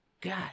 god